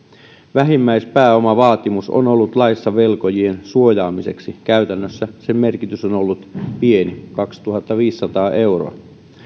vähimmäispääomavaatimus on ollut laissa velkojien suojaamiseksi käytännössä sen merkitys on on ollut pieni kaksituhattaviisisataa euroa